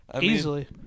Easily